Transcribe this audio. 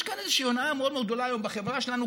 יש כאן איזושהי הונאה מאוד מאוד גדולה היום בחברה שלנו.